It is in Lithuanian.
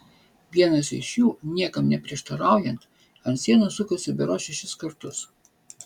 vienas iš jų niekam neprieštaraujant ant sienos sukosi berods šešis kartus